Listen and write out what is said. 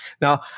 Now